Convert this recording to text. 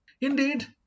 Indeed